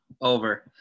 Over